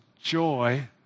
joy